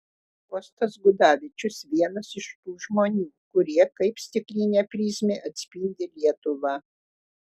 kostas gudavičius vienas iš tų žmonių kurie kaip stiklinė prizmė atspindi lietuvą